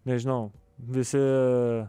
nežinau visi